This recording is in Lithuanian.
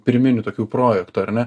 pirminių tokių projektų ar ne